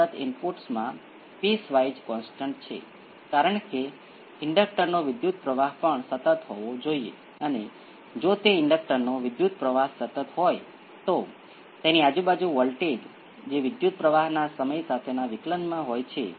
તેથી આપણે મેળવીશું જે કંઈક × એક્સ્પોનેંસિયલ s t કંઈક × એક્સ્પોનેંસિયલ p 2 t બીજા તબક્કાનો નેચરલ રિસ્પોન્સ જે કંઈક × એક્સ્પોનેંસિયલ p 1 t છે